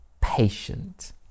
patient